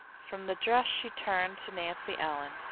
from the dress she turned to nancy ellen,